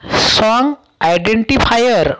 song identifier